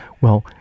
Well-